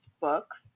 books